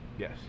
Yes